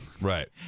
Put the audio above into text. Right